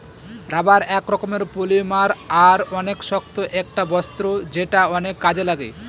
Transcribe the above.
rubber এক রকমের polymer আর অনেক শক্ত একটা বস্তু যেটা অনেক কাজে লাগে